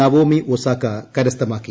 Naomi Osaka കരസ്ഥമാക്കി